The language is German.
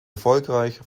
erfolgreich